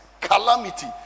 calamity